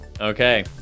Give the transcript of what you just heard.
Okay